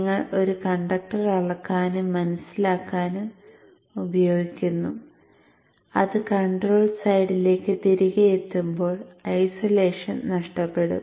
നിങ്ങൾ ഒരു കണ്ടക്ടർ അളക്കാനും മനസ്സിലാക്കാനും ഉപയോഗിക്കുന്നു അത് കൺട്രോൾ സൈഡിലേക്ക് തിരികെ നൽകുമ്പോൾ ഐസൊലേഷൻ നഷ്ടപ്പെടും